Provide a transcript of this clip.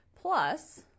plus